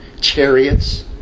chariots